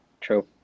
True